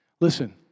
Listen